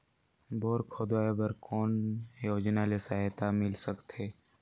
Bore खोदवाय बर कौन योजना ले सहायता मिल सकथे?